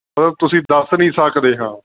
ਮਤਲਬ ਤੁਸੀਂ ਦੱਸ ਨਹੀਂ ਸਕਦੇ ਹਾਂ